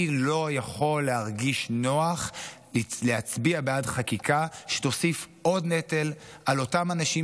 אני לא יכול להרגיש נוח להצביע בעד חקיקה שתוסיף עוד נטל על אותם אנשים,